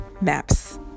maps